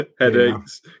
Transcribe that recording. headaches